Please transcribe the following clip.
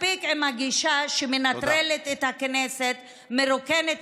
מספיק עם הגישה שמנטרלת את הכנסת ומרוקנת